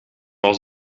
als